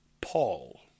Paul